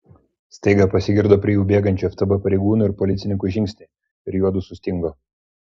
staiga pasigirdo prie jų bėgančių ftb pareigūnų ir policininkų žingsniai ir juodu sustingo